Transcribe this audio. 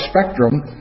spectrum